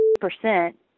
percent